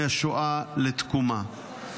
מהשואה לתקומה.